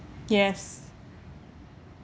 yes